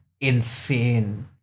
insane